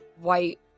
white